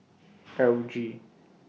L G